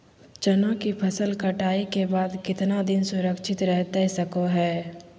चना की फसल कटाई के बाद कितना दिन सुरक्षित रहतई सको हय?